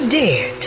dare